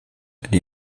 die